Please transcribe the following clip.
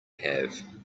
have